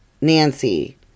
Nancy